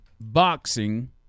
boxing